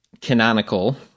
Canonical